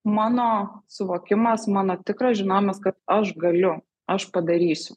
mano suvokimas mano tikras žinojimas kad aš galiu aš padarysiu